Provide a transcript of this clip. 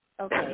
Okay